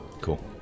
Cool